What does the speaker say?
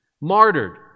martyred